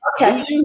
Okay